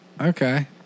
Okay